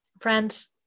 Friends